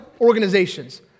organizations